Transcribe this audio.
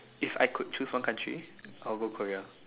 if I could choose one country I would go Korea